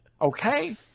Okay